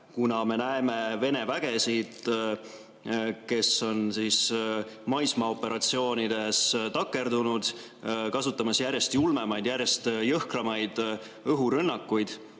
kuna me näeme Vene vägesid, kes on maismaaoperatsioonides takerdunud, kasutamas järjest julmemaid, järjest jõhkramaid õhurünnakuid